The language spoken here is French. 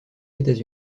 états